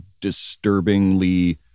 disturbingly